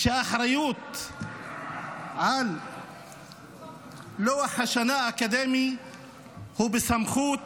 שהאחריות על לוח השנה האקדמי הוא בסמכות